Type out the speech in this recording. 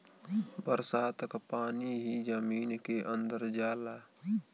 बरसात क पानी ही जमीन के अंदर जाला